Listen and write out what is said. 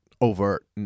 overt